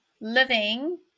living